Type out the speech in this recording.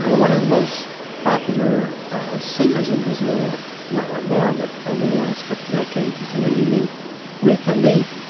ah one of the most popular singers in brazil not right now, but over the last couple decades is a lady named rita lee.